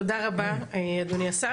תודה רבה אדוני השר.